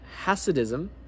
Hasidism